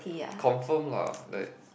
confirm lah like